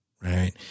right